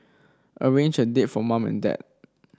arrange a date for mum and dad